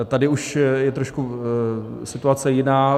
Tady už je trošku situace jiná.